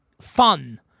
fun